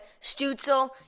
Stutzel